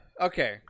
Okay